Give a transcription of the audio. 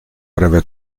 breve